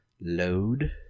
Load